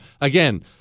Again